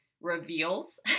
reveals